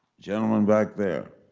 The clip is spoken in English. gentlemen back there.